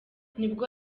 nibwo